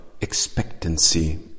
expectancy